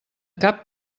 cap